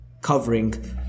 covering